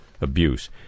abuse